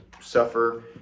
suffer